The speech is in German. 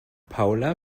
paula